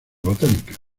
botánicas